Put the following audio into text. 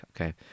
okay